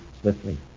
swiftly